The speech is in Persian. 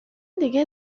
دیگه